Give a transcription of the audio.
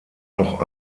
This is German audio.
noch